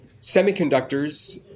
semiconductors